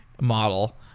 model